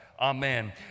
Amen